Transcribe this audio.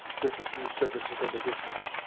their continued service within the district.